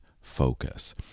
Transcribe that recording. focus